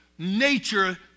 Nature